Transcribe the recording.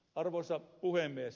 arvoisa puhemies